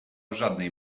żadnej